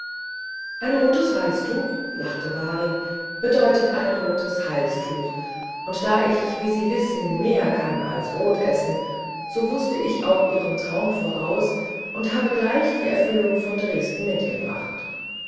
ein rotes halstuch lachte waring bedeutet ein rotes halstuch und da ich wie sie wissen mehr kann als brotessen so wußte ich auch ihren traum voraus und habe gleich die erfüllung von dresden mitgebracht